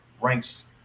ranks